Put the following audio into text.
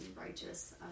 righteous